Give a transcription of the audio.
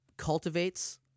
cultivates